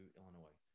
Illinois